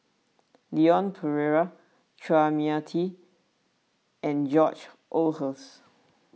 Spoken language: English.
Leon Perera Chua Mia Tee and George Oehlers